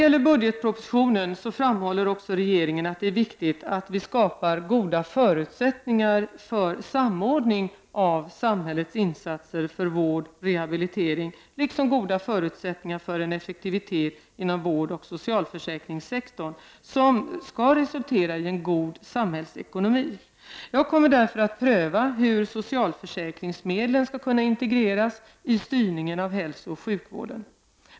I budgetpropositionen framhåller regeringen också att det är viktigt att skapa goda förutsättningar för en samordning av samhällets insatser för vård och rehabilitering, liksom goda förutsättningar för effektivitet inom vårdoch socialförsäkringssektorn som resulterar i en god samhällsekonomi. Jag kommer därför att pröva hur socialförsäkringsmedlen skall kunna integreras i styrningen av hälsooch sjukvården.